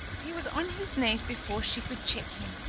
he was on his knees before she could check him,